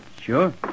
Sure